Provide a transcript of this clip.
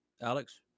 alex